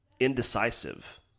indecisive